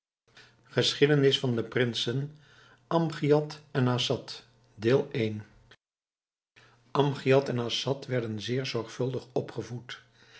geschiedenis van de prinsen amgiad en assad amgiad en assad werden zeer zorgvuldig opgevoed